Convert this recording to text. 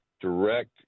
direct